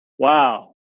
Wow